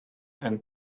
then